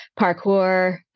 parkour